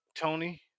Tony